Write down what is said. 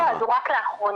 אז הוא רק לאחרונה,